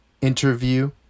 interview